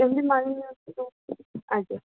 କେମିତି ମାନି ନିଅନ୍ତୁ ଆଜ୍ଞା